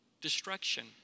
destruction